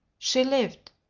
she lived!